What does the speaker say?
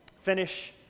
Finish